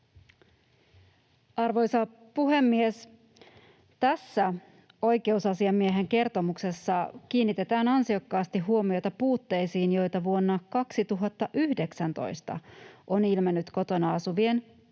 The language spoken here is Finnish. Arvoisa puhemies! Tässä oikeusasiamiehen kertomuksessa kiinnitetään ansiokkaasti huomiota puutteisiin, joita vuonna 2019 on ilmennyt esimerkiksi kotona asuvien ikäihmisten